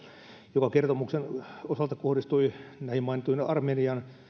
joka kertomuksen osalta kohdistui näihin mainittuihin armenian